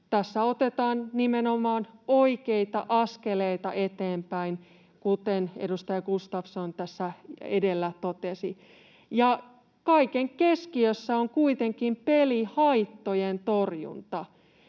Tässä otetaan nimenomaan oikeita askeleita eteenpäin, kuten edustaja Gustafsson edellä totesi. Kaiken keskiössä on kuitenkin pelihaittojen torjunta.